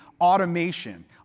automation